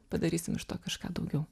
padarysim iš to kažką daugiau